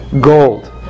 gold